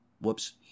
Whoops